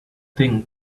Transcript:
thing